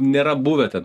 nėra buvę ten